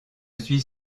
suis